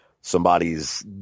somebody's